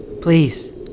Please